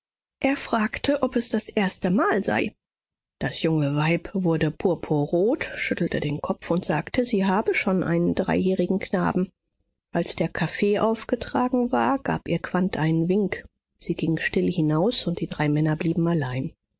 er fragte ob es das erstemal sei das junge weib wurde purpurrot schüttelte den kopf und sagte sie habe schon einen dreijährigen knaben als der kaffee aufgetragen war gab ihr quandt einen wink sie ging still hinaus und die drei männer blieben allein